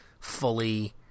fully